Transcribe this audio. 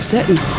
certain